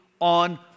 on